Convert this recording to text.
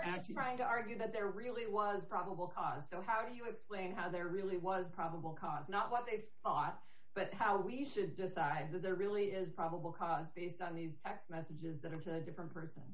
actually trying to argue that there really was probable cause so how do you explain how there really was probable cause not what they thought but how we should decide who there really is probable cause based on these text messages that are to a different person